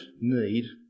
need